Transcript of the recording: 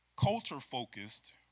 Culture-focused